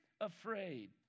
afraid